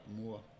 more